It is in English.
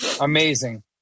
Amazing